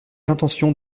l’intention